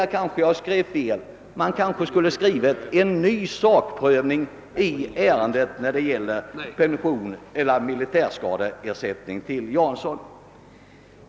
Jag kanske uttryckte mig felaktigt; jag skulle kanske ha skrivit »en ny sakprövning» när det gäller frågan om pension eller militärskadeersättning till Jansson.